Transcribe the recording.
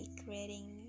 creating